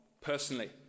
Personally